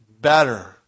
better